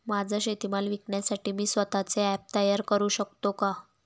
माझा शेतीमाल विकण्यासाठी मी स्वत:चे ॲप तयार करु शकतो का?